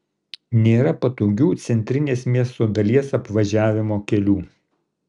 nėra patogių centrinės miesto dalies apvažiavimo kelių